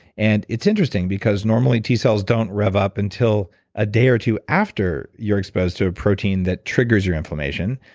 and it's interesting because normally t cells don't rev up until a day or two after you're exposed to a protein that triggers your inflammation,